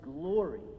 glory